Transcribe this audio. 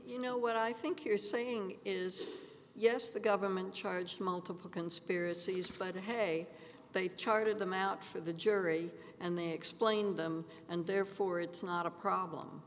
you know what i think you're saying is yes the government charged multiple conspiracies by the harry charted them out for the jury and they explained them and therefore it's not a problem